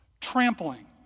Trampling